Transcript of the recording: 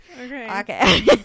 Okay